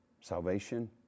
salvation